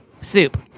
Soup